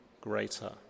greater